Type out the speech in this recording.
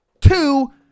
two